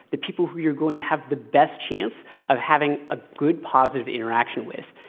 the people who you are going to have the best chance of having a good, positive interaction with.